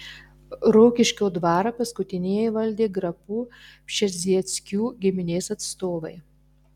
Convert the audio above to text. rokiškio dvarą paskutinieji valdė grafų pšezdzieckių giminės atstovai